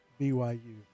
BYU